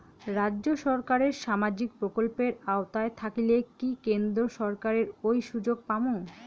রাজ্য সরকারের সামাজিক প্রকল্পের আওতায় থাকিলে কি কেন্দ্র সরকারের ওই সুযোগ পামু?